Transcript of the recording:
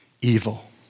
evil